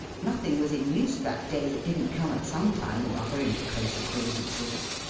nothing was in use that day that didn't come, at some time or other, into close acquaintance with it.